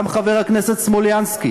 גם חבר הכנסת סלומינסקי